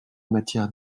matière